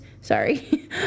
Sorry